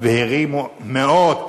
ומאות